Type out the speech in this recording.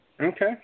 Okay